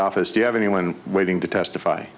office do you have anyone waiting to testify